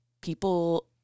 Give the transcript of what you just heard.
people